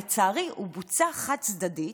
לצערי, הוא בוצע חד-צדדית,